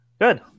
Good